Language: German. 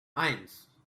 eins